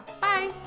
Bye